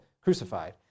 crucified